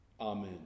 Amen